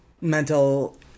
mental